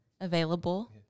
available